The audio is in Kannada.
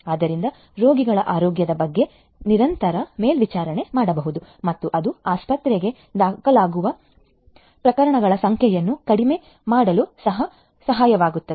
ಆದ್ದರಿಂದ ರೋಗಿಗಳ ಆರೋಗ್ಯದ ಬಗ್ಗೆ ನಿರಂತರ ಮೇಲ್ವಿಚಾರಣೆ ಮಾಡಬಹುದು ಮತ್ತು ಇದು ಆಸ್ಪತ್ರೆಗೆ ದಾಖಲಾಗುವ ಪ್ರಕರಣಗಳ ಸಂಖ್ಯೆಯನ್ನು ಕಡಿಮೆ ಮಾಡಲು ಸಹ ಸಹಾಯ ಮಾಡುತ್ತದೆ